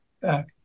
back